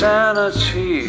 Sanity